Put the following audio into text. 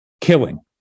killing